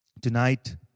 Tonight